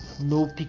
no